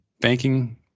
Banking